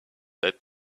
that